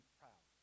proud